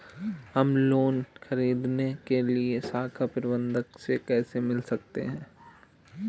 हम लोन ख़रीदने के लिए शाखा प्रबंधक से कैसे मिल सकते हैं?